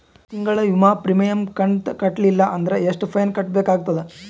ತಿಂಗಳ ವಿಮಾ ಪ್ರೀಮಿಯಂ ಕಂತ ಕಟ್ಟಲಿಲ್ಲ ಅಂದ್ರ ಎಷ್ಟ ಫೈನ ಕಟ್ಟಬೇಕಾಗತದ?